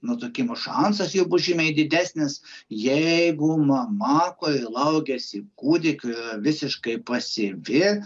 nutukimo šansas jau bus žymiai didesnis jeigu mama kuri laukiasi kūdikio visiškai pasyvi